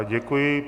Děkuji.